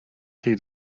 hyd